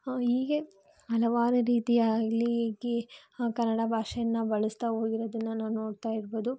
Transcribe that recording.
ಹೀಗೆ ಹಲವಾರು ರೀತಿಯಾಗಲಿ ಗಿ ಕನ್ನಡ ಭಾಷೆಯನ್ನು ಬಳಸ್ತಾ ಹೋದರೆ ಅದನ್ನು ನಾವು ನೋಡ್ತಾಯಿರ್ಬೋದು